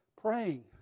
Praying